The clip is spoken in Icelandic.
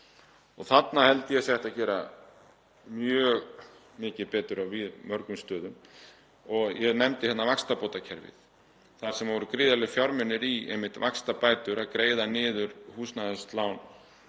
Þarna held ég að sé hægt að gera mjög mikið betur á mörgum stöðum. Ég nefndi hérna vaxtabótakerfið þar sem voru gríðarlegir fjármunir í einmitt vaxtabætur, að greiða niður húsnæðislán